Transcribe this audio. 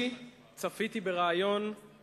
ולטובת מי שלא שמע את הריאיון,